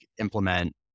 implement